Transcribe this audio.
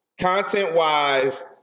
Content-wise